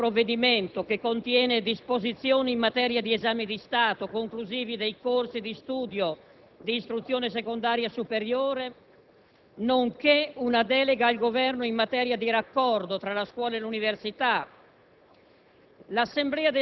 con l'esame del provvedimento che contiene disposizioni in materia di esami di Stato conclusivi dei corsi di studio di istruzione secondaria superiore, nonché una delega al Governo in materia di raccordo tra la scuola e le università,